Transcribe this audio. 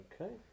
Okay